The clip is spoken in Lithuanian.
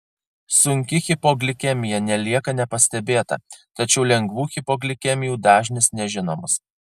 sunki hipoglikemija nelieka nepastebėta tačiau lengvų hipoglikemijų dažnis nežinomas